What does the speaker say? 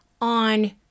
on